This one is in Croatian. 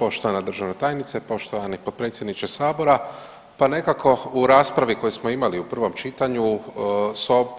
Poštovana državna tajnice, poštovani potpredsjedniče sabora, pa nekako u raspravi koju smo imali u prvom čitanju